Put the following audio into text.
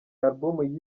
album